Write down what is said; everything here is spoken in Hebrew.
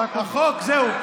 זה הכול.